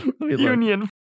Union